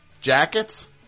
Jackets